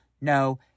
no